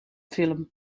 film